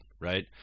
right